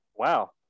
wow